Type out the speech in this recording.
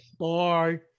Bye